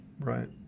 right